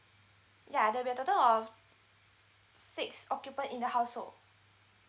ya there'll be a total of six occupant in the household